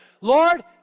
Lord